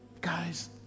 guys